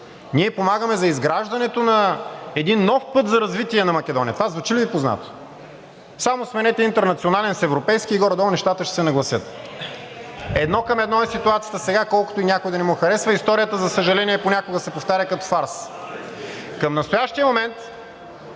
Ние помагаме за изграждането на един нов път за развитие на Македония. Това звучи ли Ви познато? Само сменете интернационален с европейски и горе-долу нещата ще се нагласят. Едно към едно е ситуация сега колкото и на някой да не му харесва. Историята, за съжаление, понякога се повтаря като фарс. Към настоящия момент